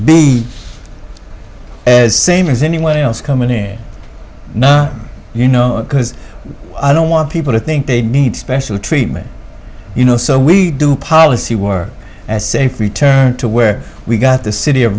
be as same as anyone else coming in you know because i don't want people to think they need special treatment you know so we do policy were safe return to where we got the city of